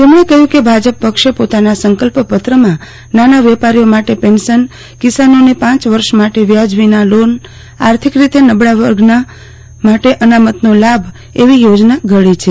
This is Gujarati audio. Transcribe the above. તેમણે કહ્યું કે ભાજપ પક્ષે પોતાના સંકલ્પ પત્રમાં નાના વેપારીઓ માટે પેન્શનકિસાનોનોને પાંચ વર્ષ માટે વ્યાજ વિના લોન આર્થિક રીતે નબળા વર્ગ માટે અનામત નો લાભ એવી યોજના ઘડી છે